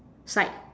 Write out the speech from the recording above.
side